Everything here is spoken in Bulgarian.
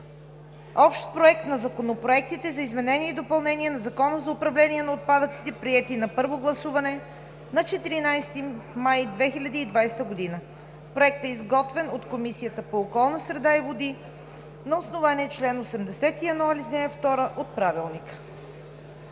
Общ проект на законопроектите за изменение и допълнение на Закона за управление на отпадъците, приети на първо гласуване на 14 май 2020 г. Проектът е изготвен от Комисията по околната среда и водите на основание чл. 81, ал. 2 от Правилника.